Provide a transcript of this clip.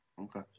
Okay